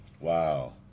Wow